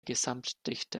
gesamtdichte